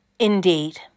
Indeed